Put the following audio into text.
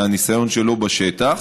מהניסיון שלו בשטח,